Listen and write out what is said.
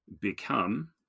become